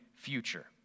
Future